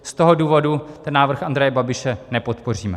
Z toho důvodu návrh Andreje Babiše nepodpoříme.